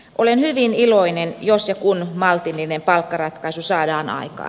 olen hyvin iloinen jos ja kun maltillinen palkkaratkaisu saadaan aikaan